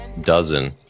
dozen